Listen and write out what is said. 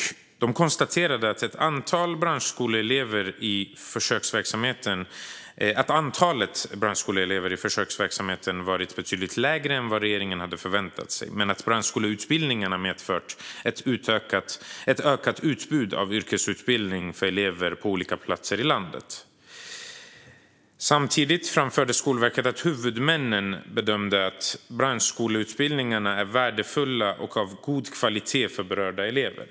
Man konstaterade att antalet branschskoleelever i försöksverksamheten hade varit betydligt lägre än regeringen hade förväntat sig men att branschskoleutbildningen har medfört ett ökat utbud av yrkesutbildning för elever på olika platser i landet. Samtidigt framförde Skolverket att huvudmännen bedömde att branschskoleutbildningarna är värdefulla och av god kvalitet för berörda elever.